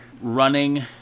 running